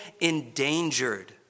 endangered